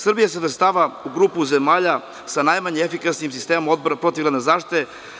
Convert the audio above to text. Srbija se svrstava u grupu zemalja sa najmanje efikasnim sistemom odbrane protivgradne zaštite.